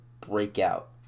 breakout